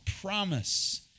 promise